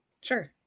sure